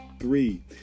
three